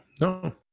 no